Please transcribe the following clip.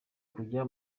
kujya